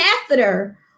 catheter